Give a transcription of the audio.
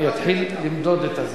אני אתחיל למדוד את הזמן.